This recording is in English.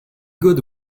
good